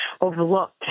overlooked